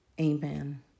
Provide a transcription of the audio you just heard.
Amen